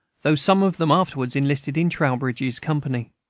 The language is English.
though some of them afterwards enlisted in trowbridge's company.